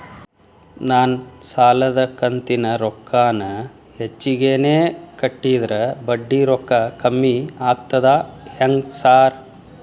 ನಾನ್ ಸಾಲದ ಕಂತಿನ ರೊಕ್ಕಾನ ಹೆಚ್ಚಿಗೆನೇ ಕಟ್ಟಿದ್ರ ಬಡ್ಡಿ ರೊಕ್ಕಾ ಕಮ್ಮಿ ಆಗ್ತದಾ ಹೆಂಗ್ ಸಾರ್?